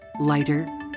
Lighter